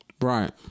Right